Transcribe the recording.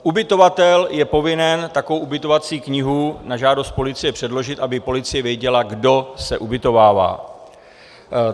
Ubytovatel je povinen takovou ubytovací knihu na žádost polici předložit, aby policie věděla, kdo se ubytovává.